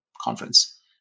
conference